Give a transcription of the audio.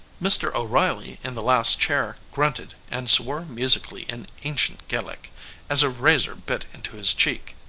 mr. o'reilly in the last chair grunted and swore musically in ancient gaelic as a razor bit into his cheek.